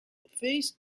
face